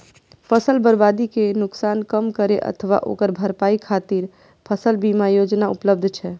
फसल बर्बादी के नुकसान कम करै अथवा ओकर भरपाई खातिर फसल बीमा योजना उपलब्ध छै